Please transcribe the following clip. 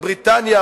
בריטניה,